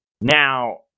Now